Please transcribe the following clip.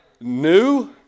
new